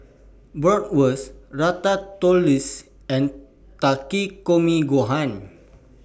Bratwurst Ratatouille and Takikomi Gohan